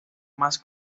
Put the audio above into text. más